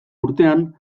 urtean